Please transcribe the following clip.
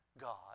God